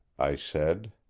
i said,